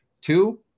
Two